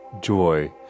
joy